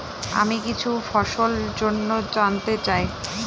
আমি কিছু ফসল জন্য জানতে চাই